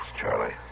Charlie